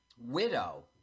Widow